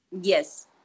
Yes